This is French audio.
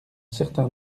certain